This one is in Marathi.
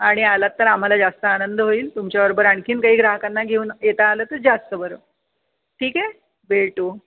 आणि आलात तर आम्हाला जास्त आनंद होईल तुमच्याबरोबर आणखी काही ग्राहकांना घेऊन येता आलं तर जास्त बरं ठीक आहे भेटू